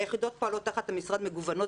היחידות הפועלות תחת המשרד מגוונות